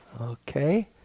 Okay